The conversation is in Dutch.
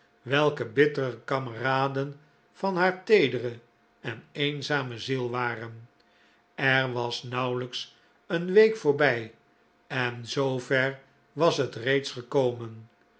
welke bittere kameraden van haar teedere en eenzame ziel waren er was nauwelijks een week voorbij en zoover was het reeds gekomen